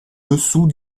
dessous